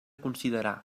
considerar